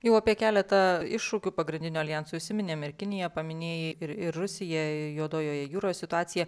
jau apie keletą iššūkių pagrindinio aljanso įsiminėm ir kiniją paminėjai ir ir rusija juodojoje jūroje situacija